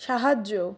সাহায্য